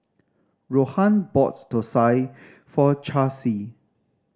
Rohan bought thosai for Charlsie